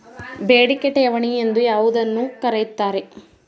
ಬೇಡಿಕೆ ಠೇವಣಿ ಎಂದು ಯಾವುದನ್ನು ಕರೆಯುತ್ತಾರೆ?